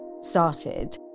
started